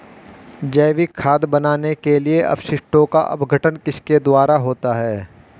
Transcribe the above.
जैविक खाद बनाने के लिए अपशिष्टों का अपघटन किसके द्वारा होता है?